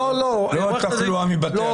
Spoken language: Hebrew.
לא התחלואה מבתי המשפט.